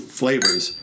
flavors